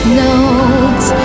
notes